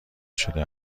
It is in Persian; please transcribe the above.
شده